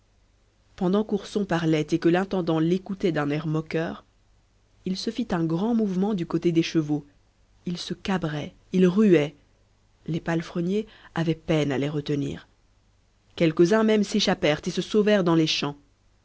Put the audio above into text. pendant qu'ourson parlait et que l'intendant l'écoutait d'un air moqueur il se fit un grand mouvement du côté des chevaux ils se cabraient ils ruaient les palefreniers avaient peine à les retenir quelques-uns môme s'échappèrent et se sauvèrent dans les champs